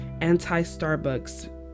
anti-Starbucks